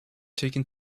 taken